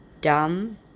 dumb